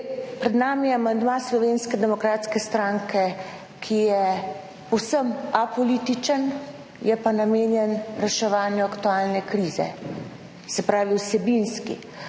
pred nami je amandma Slovenske demokratske stranke, ki je povsem apolitičen, je pa namenjen reševanju aktualne krize. Se pravi vsebinski,